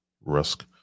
risk